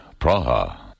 Praha